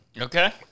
Okay